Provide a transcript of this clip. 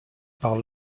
par